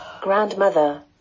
grandmother